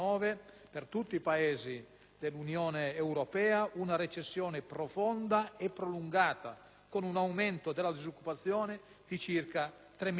dell'Unione europea una recessione profonda e prolungata, con un aumento della disoccupazione di circa tre milioni e mezzo di unità.